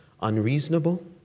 unreasonable